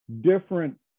different